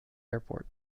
airport